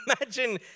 Imagine